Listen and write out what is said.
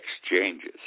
exchanges